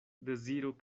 deziro